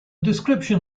description